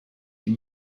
die